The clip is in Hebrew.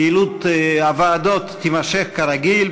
פעילות הוועדות תימשך כרגיל,